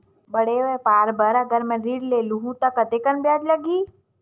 बड़े व्यापार बर अगर मैं ऋण ले हू त कतेकन ब्याज लगही?